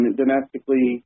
domestically